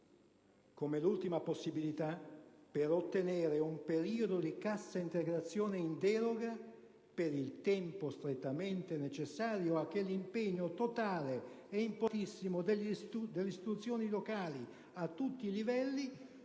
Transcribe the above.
come l'ultima possibilità per ottenere un periodo di cassa integrazione in deroga per il tempo strettamente necessario affinché l'impegno totale e importantissimo delle istituzioni locali a tutti i livelli